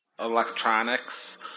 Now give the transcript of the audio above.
electronics